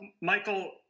Michael